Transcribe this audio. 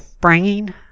bringing